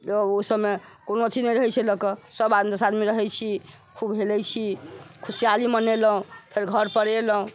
तऽ ओसभमे कोनो अथी नहि रहैत छै लए कऽ सभ आदमी दस आदमी रहैत छी खूब हेलैत छी खुशियाली मनेलहुँ फेर घरपर एलहुँ